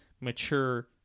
mature